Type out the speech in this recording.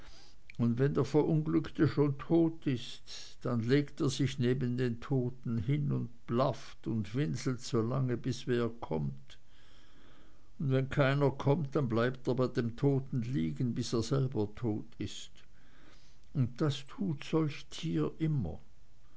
und wenn der verunglückte schon tot ist dann legt er sich neben den toten hin und blafft und winselt so lange bis wer kommt und wenn keiner kommt dann bleibt er bei dem toten liegen bis er selber tot ist und das tut solch tier immer